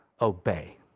obey